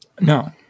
No